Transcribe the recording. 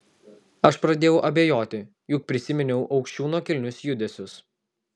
aš pradėjau abejoti juk prisiminiau aukščiūno kilnius judesius